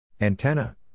Antenna